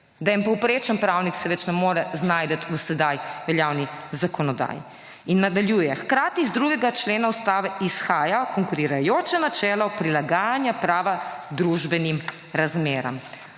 Da eden povprečen pravnik se več ne more znajti v sedaj veljavni zakonodaji. Nadaljuje, hkrati iz 2. člena Ustave izhaja konkurirajoče načelo prilagajanja prava družbenim razmeram,